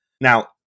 Now